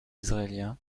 israéliens